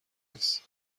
نیست